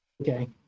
Okay